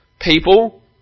people